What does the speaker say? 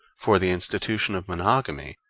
for the institution of monogamy,